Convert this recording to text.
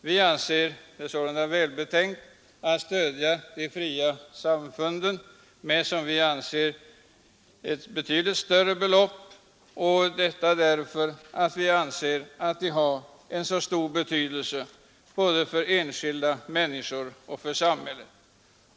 Vi anser det välbetänkt att stödja de fria samfunden med ett betydligt större belopp än vad utskottsmajoriteten föreslagit. Vi anser att dessa samfund har en mycket stor betydelse både för enskilda människor och för samhället.